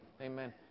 Amen